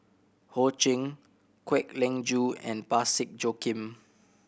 Ho Ching Kwek Leng Joo and Parsick Joaquim